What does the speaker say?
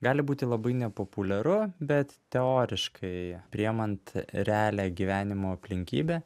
gali būti labai nepopuliaru bet teoriškai priimant realią gyvenimo aplinkybę